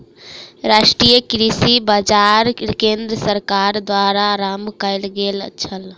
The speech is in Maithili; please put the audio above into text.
राष्ट्रीय कृषि बाजार केंद्र सरकार द्वारा आरम्भ कयल गेल छल